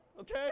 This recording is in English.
okay